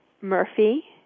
Murphy